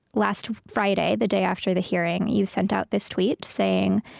last friday, the day after the hearing, you sent out this tweet, saying,